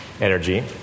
energy